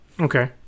Okay